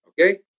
Okay